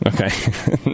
Okay